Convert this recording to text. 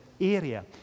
area